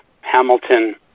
Hamilton